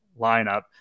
lineup